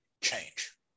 change